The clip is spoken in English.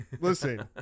Listen